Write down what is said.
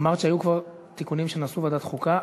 אמרת שהיו כבר תיקונים שנעשו בוועדת החוקה.